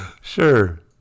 Sure